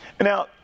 now